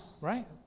right